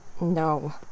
No